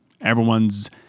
Everyone's